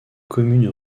commune